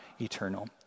eternal